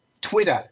Twitter